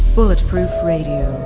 bulletproof radio,